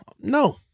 No